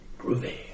Groovy